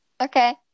Okay